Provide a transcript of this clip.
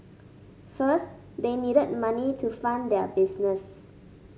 first they needed money to fund their business